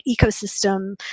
ecosystem